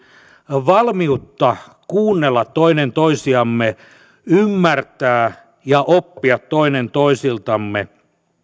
valmiutta kuunnella toinen toisiamme ymmärtää ja oppia toinen toisiltamme